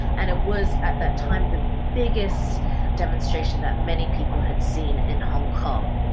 and it was at that time the biggest demonstration that many people had seen in hong kong.